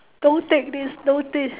don't take this don't this